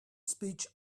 speech